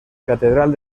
catedral